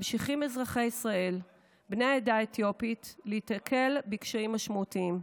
ממשיכים אזרחי ישראל בני העדה האתיופית להיתקל בקשיים משמעותיים.